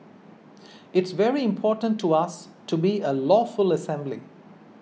it's very important to us to be a lawful assembly